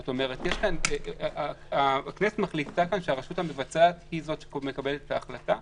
זאת אומרת שהכנסת מחליטה כאן שהרשות המבצעת היא זאת שמקבלת את ההחלטה,